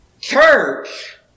church